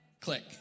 Click